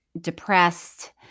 depressed